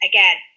Again